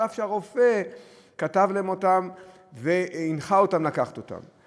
אף שהרופא רשם להם אותן והנחה אותם לקחת אותן.